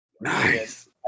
Nice